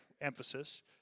Emphasis